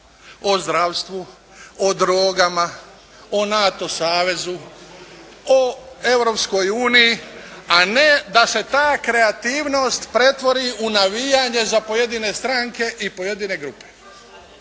o zdravstvu, o drogama, o NATO savezu, o Europskoj uniji, a ne da se ta kreativnost pretvori u navijanje za pojedine stranke i pojedine grupe.